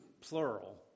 plural